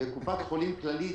קופת חולים כללית